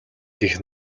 гэх